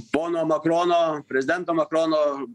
pono makrono prezidento makrono